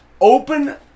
open